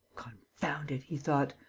confound it! he thought.